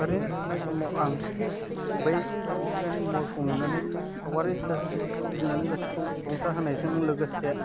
ओरैनो थानाय समाव आं बै मिथिंगानि महरखौ नुनानै सावगारि सोरजिनानै गोसोखौ रंजाहोनायजों लोगोसे